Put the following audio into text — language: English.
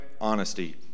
honesty